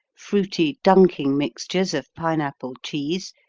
fruity dunking mixtures of pineapple cheese,